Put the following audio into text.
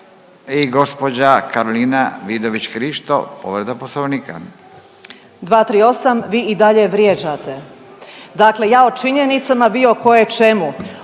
I gđa. Karolina Vidović Krišto povreda poslovnika.